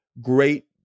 Great